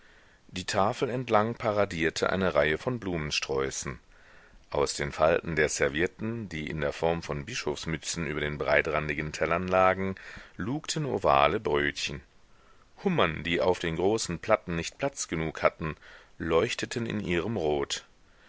die tafel entlang paradierte eine reihe von blumensträußen aus den falten der servietten die in der form von bischofsmützen über den breitrandigen tellern lagen lugten ovale brötchen hummern die auf den großen platten nicht platz genug hatten leuchteten in ihrem rot